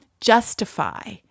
justify